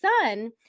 son